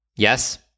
Yes